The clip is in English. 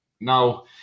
now